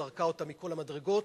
זרקה אותם מכל המדרגות,